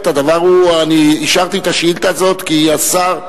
אני אישרתי את השאילתא הזאת כי השר,